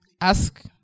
Ask